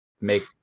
make